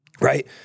Right